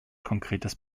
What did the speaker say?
konkretes